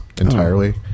entirely